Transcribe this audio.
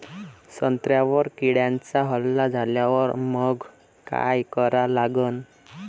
संत्र्यावर किड्यांचा हल्ला झाल्यावर मंग काय करा लागन?